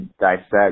dissect